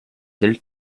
del